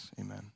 Amen